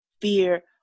fear